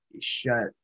shut